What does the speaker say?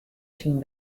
syn